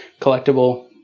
collectible